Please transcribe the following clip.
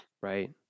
right